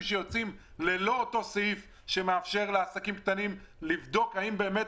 שיוצאים ללא אותו סעיף שמאפשר לעסקים קטנים לבדוק האם באמת